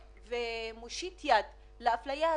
אפשר להקציב ולייחד 200 מיליון שקל,